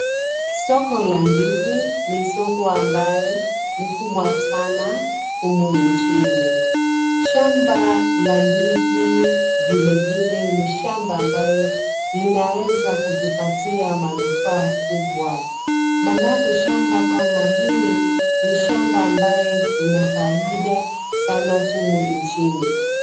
Soko la ndizi ni soko ambaye ni kubwa sana humu nchini. Shamba la ndizi vile vile ni shamba ambayo linaeza kutupatia manufaa kubwa, maanake shamba kama hili ni shamba ambaye ina faida sana humu nchini.